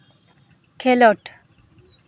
ᱠᱷᱮᱞᱳᱰ